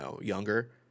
younger